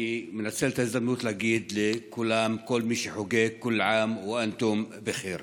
אני מנצל את ההזדמנות להגיד לכל מי שחוגג כול עאם ואנתום בח'יר.